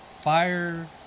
Fire